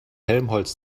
helmholtz